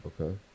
Okay